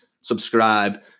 subscribe